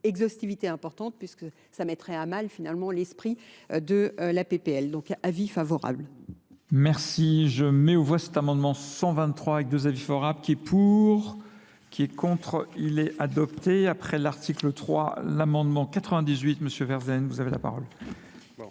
exhaustivité importante puisque ça mettrait à mal finalement l'esprit de la PPL. Donc avis favorables. Merci, je mets au voie cet amendement 123, avec deux avis forables, qui est pour, qui est contre, il est adopté. Après l'article 3, l'amendement 98, monsieur Verzen, vous avez la parole.